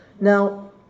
Now